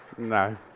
No